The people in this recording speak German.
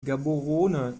gaborone